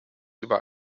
über